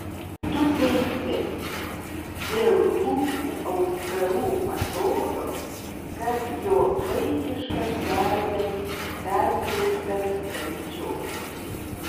tu teisi dėl lūpų auskarų atrodo kad jo vaikiškas veidas perkreiptas kančios